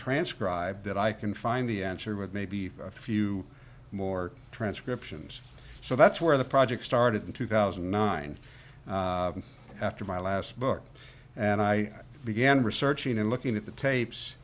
transcribed that i can find the answer with maybe a few more transcriptions so that's where the project started in two thousand and nine after my last book and i began researching and looking at the tapes